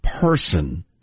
person